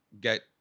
get